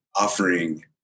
offering